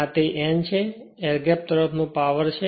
આ તે n છે એર ગેપ તરફ નો પાવર તરીકે છે